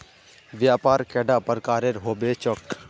व्यापार कैडा प्रकारेर होबे चेक?